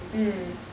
mm